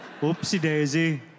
Oopsie-daisy